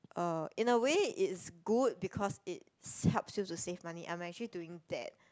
um in a way it's good because it's helps you to save money I'm actually doing that